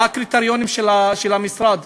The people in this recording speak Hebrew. מה הקריטריונים של המשרד?